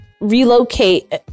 relocate